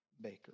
baker